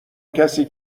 کسی